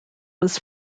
was